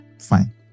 fine